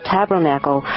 Tabernacle